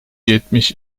yetmiş